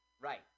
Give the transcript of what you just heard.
Right